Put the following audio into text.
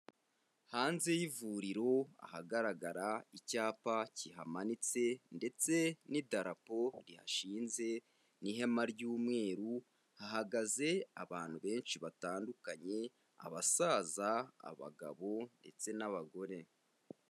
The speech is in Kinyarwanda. Hanze y'ivuriro ahagaragara icyapa kihamanitse ndetse n'idarapo rihashinze n'ihema ry'umweru, hahagaze abantu benshi batandukanye abasaza, abagabo ndetse n'abagore.